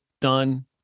done